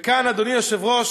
וכאן, אדוני היושב-ראש,